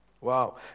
Wow